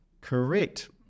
Correct